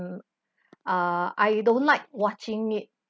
mm uh I don't like watching it